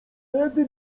tedy